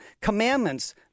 Commandments